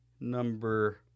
number